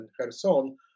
Kherson